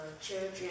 children